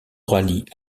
rallye